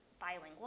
bilingual